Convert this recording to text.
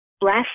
bless